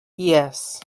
yes